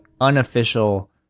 unofficial